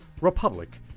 Republic